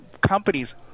companies